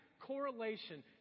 correlation